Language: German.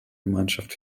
gemeinschaft